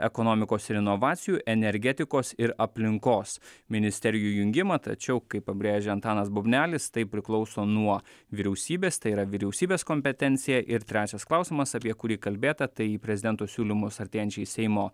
ekonomikos ir inovacijų energetikos ir aplinkos ministerijų jungimą tačiau kaip pabrėžia antanas bubnelis tai priklauso nuo vyriausybės tai yra vyriausybės kompetencija ir trečias klausimas apie kurį kalbėta tai į prezidento siūlymus artėjančiai seimo